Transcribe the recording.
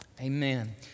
Amen